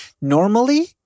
normally